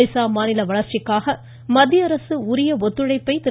ஒடிஷா மாநில வளர்ச்சிக்காக மத்திய அரசு உரிய ஒத்துழைப்பை திரு